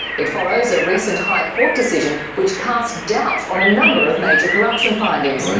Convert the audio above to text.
it follows a recent high court decision which cast doubt on a number of major corruption findings.